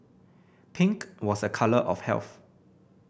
pink was a colour of health